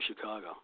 Chicago